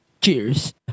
cheers